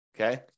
Okay